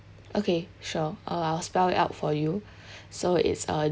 okay sure uh I will spell it out for you so it's uh